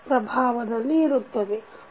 ಪ್ರಭಾವದಲ್ಲಿ ಇರುತ್ತದೆ